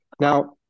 now